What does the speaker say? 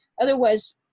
Otherwise